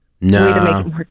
No